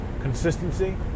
consistency